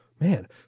man